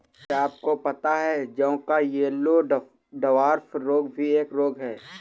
क्या आपको पता है जौ का येल्लो डवार्फ रोग भी एक रोग है?